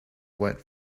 went